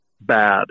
bad